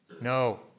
No